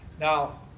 Now